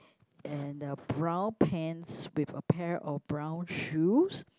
and uh brown pants with a pair of brown shoes